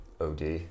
OD